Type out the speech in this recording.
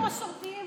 לא פחות מסורתיים גם.